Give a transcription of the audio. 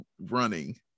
running